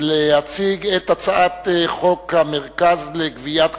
להציג את הצעת חוק המרכז לגביית קנסות,